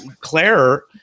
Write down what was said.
Claire